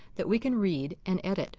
that we can read and edit.